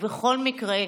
ובכל מקרה,